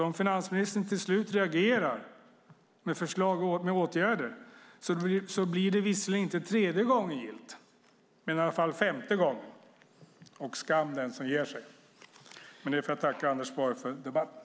Om finansministern till slut reagerar med förslag och åtgärder blir det visserligen inte tredje gången gillt utan i stället femte, men skam den som ger sig! Med detta får jag tacka Anders Borg för debatten.